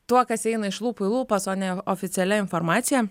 tuo kas eina iš lūpų į lūpas o ne oficialia informacija